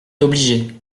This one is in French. obligé